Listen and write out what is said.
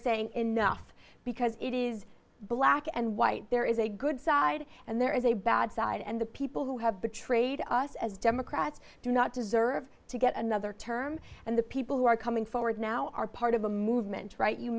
saying enough because it is black and white there is a good side and there is a bad side and the people who have betrayed us as democrats do not deserve to get another term and the people who are coming forward now are part of a movement right you